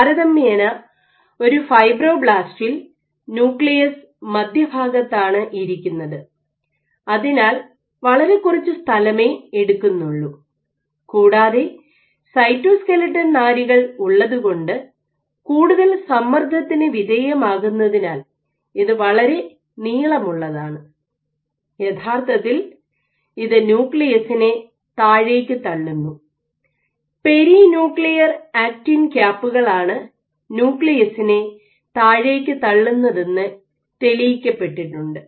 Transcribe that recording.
താരതമ്യേന ഒരു ഫൈബ്രോബ്ലാസ്റ്റിൽ ന്യൂക്ലിയസ് മധ്യഭാഗത്താണ് ഇരിക്കുന്നത് അതിനാൽ വളരെ കുറച്ച് സ്ഥലമെ എടുക്കുന്നുള്ളൂ കൂടാതെ സൈറ്റോസ്കെലട്ടെൻ നാരുകൾ ഉള്ളതുകൊണ്ട് കൂടുതൽ സമ്മർദ്ദത്തിനു വിധേയമാകുന്നതിനാൽ ഇത് വളരെ നീളമുള്ളതാണ് യഥാർത്ഥത്തിൽ ഇത് ന്യൂക്ലിയസിനെ താഴേക്ക് തള്ളുന്നു പെരിന്യൂക്ലിയർ ആക്റ്റിൻ ക്യാപ്പുകളാണ് ന്യൂക്ലിയസിനെ താഴേക്ക്തള്ളുന്നതെന്നു തെളിയിക്കപ്പെട്ടിട്ടുണ്ട്